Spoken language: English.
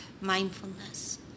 mindfulness